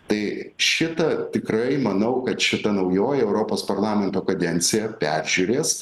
tai šita tikrai manau kad šita naujoji europos parlamento kadencija peržiūrės